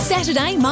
Saturday